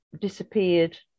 disappeared